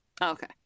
okay